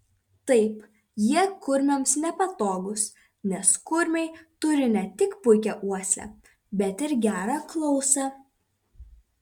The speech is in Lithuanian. taip jie kurmiams nepatogūs nes kurmiai turi ne tik puikią uoslę bet ir gerą klausą